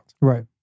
Right